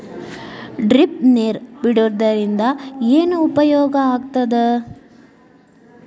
Drip ನೇರ್ ಬಿಡುವುದರಿಂದ ಏನು ಉಪಯೋಗ ಆಗ್ತದ?